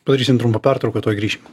padarysim trumpą pertrauką tuoj grįšim